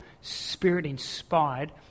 spirit-inspired